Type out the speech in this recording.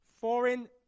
foreign